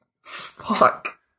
Fuck